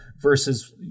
versus